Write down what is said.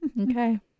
Okay